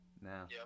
now